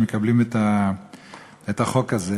שמקבלים את החוק הזה,